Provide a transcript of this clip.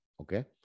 Okay